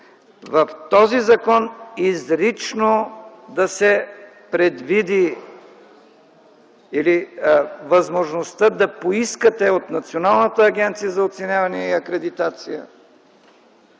в този закон изрично да се предвиди възможността да поискате от Националната агенция за оценяване и акредитация